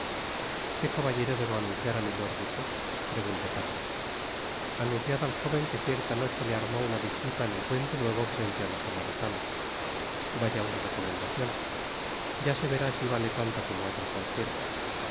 qué caballero debo anunciar á milord duque preguntó patrick anunciad al jóven que cierta noche le armó una disputa en el puentenuevo frente á la samaritana vaya una recomendacion ya se verá si vale tanto como otra cualquiera